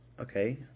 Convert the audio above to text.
Okay